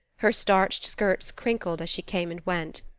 her starched skirts crinkled as she came and went.